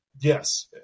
Yes